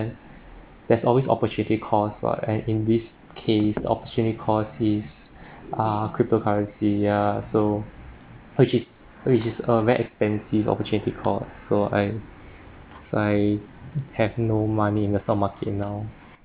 there's always opportunity cost [what] and in this case the opportunity cost is uh cryptocurrency ya so which is which is a very expensive opportunity cost so I I have no money in the stock market now